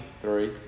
three